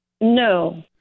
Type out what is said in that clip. No